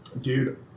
Dude